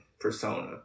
persona